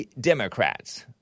Democrats